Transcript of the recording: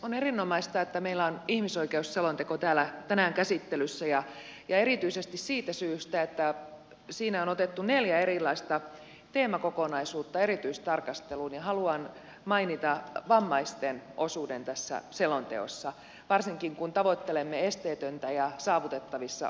on erinomaista että meillä on ihmisoikeusselonteko täällä tänään käsittelyssä erityisesti siitä syystä että siinä on otettu neljä erilaista teemakokonaisuutta erityistarkasteluun ja haluan mainita vammaisten osuuden tässä selonteossa varsinkin kun tavoittelemme esteetöntä ja saavutettavissa olevaa yhteiskuntaa